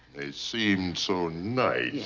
they seemed so nice.